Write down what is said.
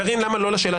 קארין למה לא לשאלה